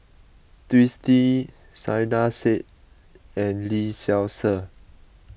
Twisstii Saiedah Said and Lee Seow Ser